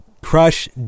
Crush